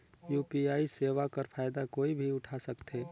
UPI सेवा कर फायदा कोई भी उठा सकथे?